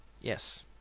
Yes